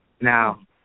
Now